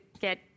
get